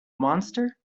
monster